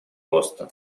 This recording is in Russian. роста